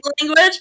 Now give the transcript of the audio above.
language